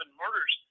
murders